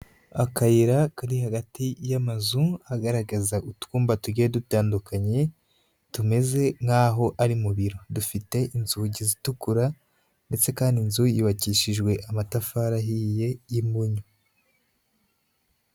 Akayira kari hagati y'amazu agaragaza utwumba tugiye dutandukanye, tumeze nk'aho ari mu biro, dufite inzugi zitukura, ndetse kandi inzu yubakishijwe amatafari ahiye y'impunyu.